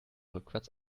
rückwärts